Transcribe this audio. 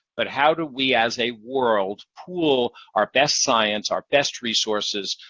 but how do we, as a world, pool our best science, our best resources,